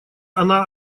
она